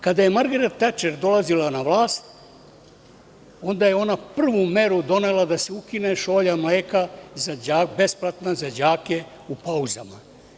Kada je Margaret Tačer dolazila na vlast onda je ona prvu meru donela da se ukine besplatna šolja mleka za đake u pauzama.